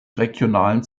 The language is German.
regionalen